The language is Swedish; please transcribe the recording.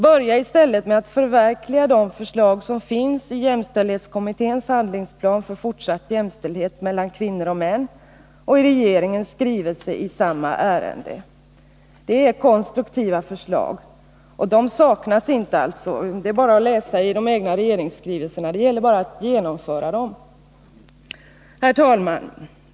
Börja i stället med att förverkliga de förslag som finns i jämställdhetskommitténs handlingsplan för fortsatt jämställdhet mellan kvinnor och män och i regeringens skrivelse i samma ärende! Det är konstruktiva förslag, och sådana saknas alltså inte. Det är bara att läsa i de egna regeringsskrivelserna. Det gäller bara att genomföra förslagen. Herr talman!